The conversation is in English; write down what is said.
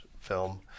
film